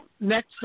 next